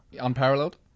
Unparalleled